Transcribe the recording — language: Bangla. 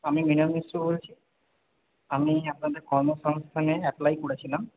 আমি মৃণাল মিশ্র বলছি আমি আপনাদের কর্মসংস্থানে অ্যাপ্লাই করেছিলাম